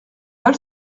val